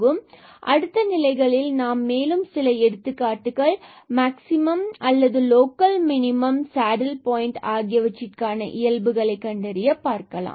மற்றும் அடுத்த நிலைகளில் நாம் மேலும் சில எடுத்துக்காட்டுகள் மேக்ஸிமம் அல்லது லோக்கல் மினிமம் சேடில் பாயிண்ட் ஆகியவற்றிற்கான இயல்புகளை கண்டறிய பார்க்கலாம்